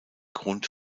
grund